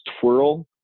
twirl